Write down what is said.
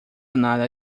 nada